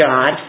God